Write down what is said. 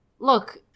Look